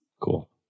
cool